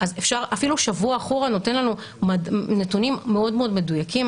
אז אפילו שבוע אחורה נותן לנו נתונים מאוד מדויקים